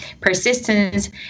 persistence